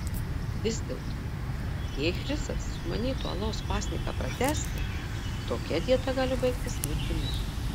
vis dėlto jei chrisas sumanytų alaus pasninką pratęsti tokia dieta gali baigtis mirtimi